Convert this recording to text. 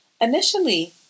Initially